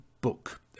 book